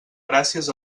gràcies